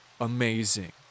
amazing